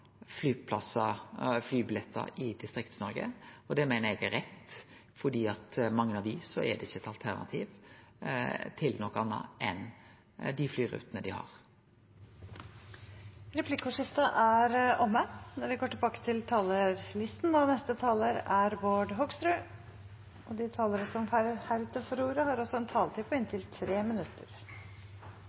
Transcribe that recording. flyplassar og flybillettar i Distrikts-Noreg. Og det meiner eg er rett, fordi for mange er det ikkje andre alternativ enn dei flyrutene dei har. Replikkordskiftet er omme. De talerne som heretter får ordet, har en taletid på inntil 3 minutter. Som alle har sagt, er